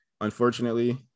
unfortunately